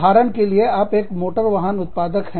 उदाहरण के लिए आप एक मोटर वाहन उत्पादक हैं